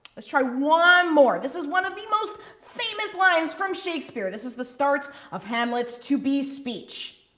let's try one more. this is one of the most famous lines from shakespeare. this is the start of hamlet's to be speech.